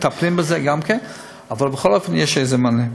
מטפלים גם כן בזה, אבל בכל אופן יש איזה מענה.